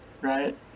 right